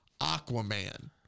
Aquaman